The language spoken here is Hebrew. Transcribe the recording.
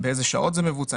באיזה שעות זה מבוצע,